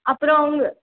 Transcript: அப்புறம் உங்